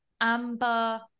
Amber